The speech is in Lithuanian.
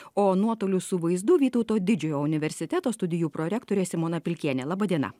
o nuotoliu su vaizdu vytauto didžiojo universiteto studijų prorektorė simona pilkienė laba diena